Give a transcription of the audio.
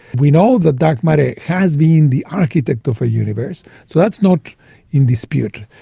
we know that dark matter has been the architect of our universe, so that's not in dispute.